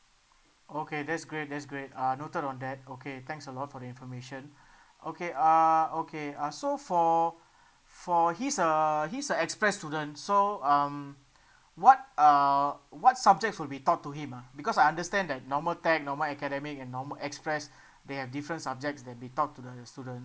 okay that's great that's great uh noted on that okay thanks a lot for the information okay uh okay uh so for for he's a he's a express student so um what uh what subjects will be taught to him ah because I understand that normal tech normal academic and normal express they have different subjects that be taught to the students